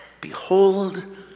Behold